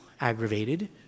aggravated